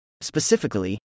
Specifically